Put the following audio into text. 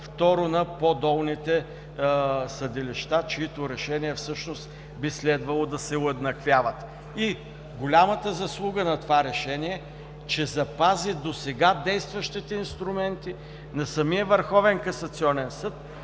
второ, на по-долните съдилища, чиито решения всъщност би следвало да се уеднаквяват. И голямата заслуга на това решение е, че запази досега действащите инструменти на самия Върховен касационен съд